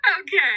Okay